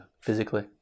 physically